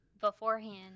beforehand